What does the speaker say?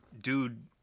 Dude